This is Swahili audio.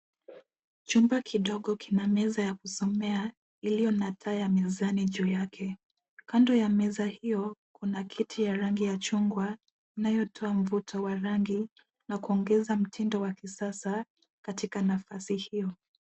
Chumba kidogo kina meza ya kusomea iliyo na taa ya mezani juu yake . Kando ya meza hiyo, kuna kiti ya rangi ya chungwa inayotoa mvuto wa rangi na kuongeza mtindo wa kisasa katika nafasi hiyo.